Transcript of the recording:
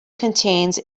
contains